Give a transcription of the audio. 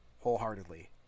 wholeheartedly